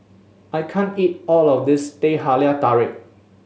I can't eat all of this Teh Halia Tarik